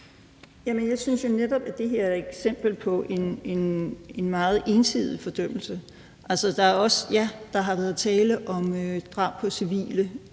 jeg synes jo netop, det her er et eksempel på en meget ensidig fordømmelse. Ja, der har været tale om drab på civile,